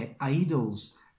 idols